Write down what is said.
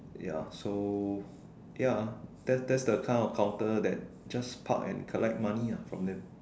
ya so ya that that's the kind of counter that just park and collect money ah from them